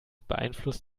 beeinflusst